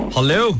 Hello